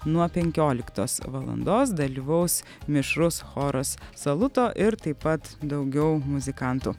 nuo penkioliktos valandos dalyvaus mišrus choras saluto ir taip pat daugiau muzikantų